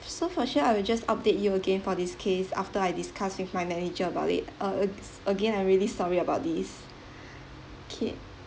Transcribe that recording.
so for sure I will just update you again for this case after I discuss with my manager about it uh a~ again I'm really story about this okay